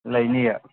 ꯂꯩꯅꯤꯌꯦ